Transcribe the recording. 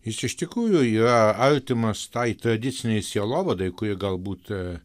jis iš tikrųjų yra artimas tai tradiciniais jo vadai kurie galbūt